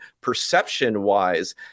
perception-wise